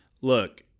look